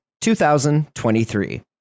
2023